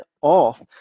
off